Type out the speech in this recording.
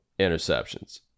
interceptions